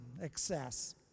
excess